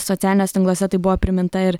socialiniuose tinkluose tai buvo priminta ir